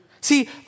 See